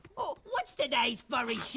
what's today's furry